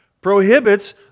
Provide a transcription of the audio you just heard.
prohibits